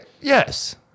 Yes